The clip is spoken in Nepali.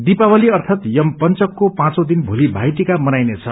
दीपावली अर्थात यम पंचकको पाँचौ दिन भोली भाई टीका मनाइने छ